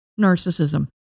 narcissism